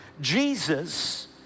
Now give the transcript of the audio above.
Jesus